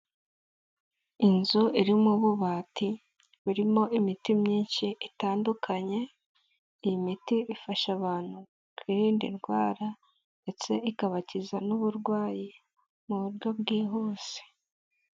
Inzu irimo ububati burimo imiti myinshi itandukanye, iyi miti ifasha abantu kwirinda indwara ndetse ikabakiza n'uburwayi mu buryo bwihuse.